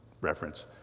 reference